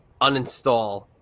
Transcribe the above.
uninstall